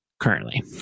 currently